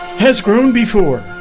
has grown before?